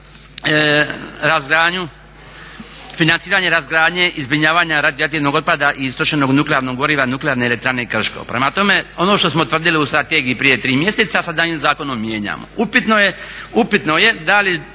razgradnju, financiranje razgradnje i zbrinjavanja radioaktivnog otpada i istrošenog nuklearnog goriva, Nuklearne elektrane Krške. Prema tome, ono što smo tvrdili u strategiji prije 23 mjeseca sada ovim zakonom mijenjamo. Upitno je da li